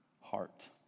heart